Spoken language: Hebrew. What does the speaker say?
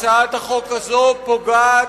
הצעת החוק הזאת פוגעת,